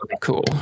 Cool